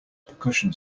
percussion